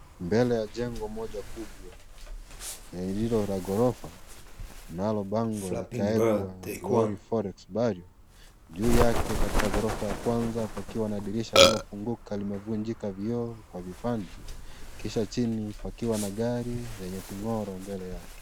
Mbele ya jengo moja kubwa, lililo la ghorofa nalo bango likawekwa Glory Forex Bureau . Juu yake katika ghorofa ya kwanza pakiwa na dirisha lililofunguka, limevunjika vioo kwa vipande, kisha chini pakiwa na gari lenye king'ora mbele yake